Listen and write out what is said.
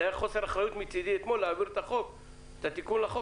זה היה חוסר אחריות מצדי אתמול להעביר את התיקון לחוק,